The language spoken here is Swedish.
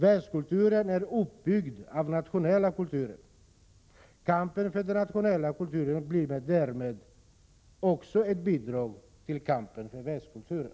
Världskulturen bygger på den nationella kulturen. Kampen för den nationella kulturen utgör därmed ett bidrag till kampen för världskulturen.